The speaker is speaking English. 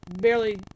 barely